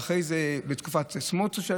ואחרי זה בתקופת סמוטריץ',